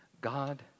God